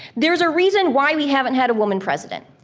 there's a reason why we haven't had a woman president.